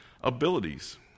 abilities